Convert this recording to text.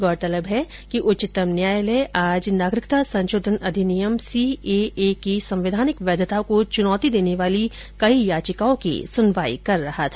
गौरतलब है कि उच्चतम न्यायालय आज नागरिकता संशोधन अधिनियम सीएए की संवैधानिक वैधता को चुनौती देने वाली याचिकाओं की सुनवाई कर रहा था